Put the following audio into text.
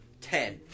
Ten